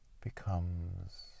becomes